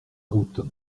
route